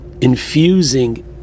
infusing